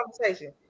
conversation